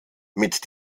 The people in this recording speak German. mit